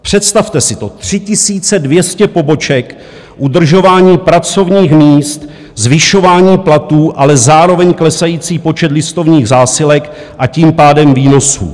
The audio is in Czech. Představte si to 3 200 poboček, udržování pracovních míst, zvyšování platů, ale zároveň klesající počet listovních zásilek, a tím pádem výnosů.